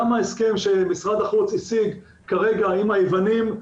גם ההסכם שמשרד החוץ השיג כרגע עם היוונים,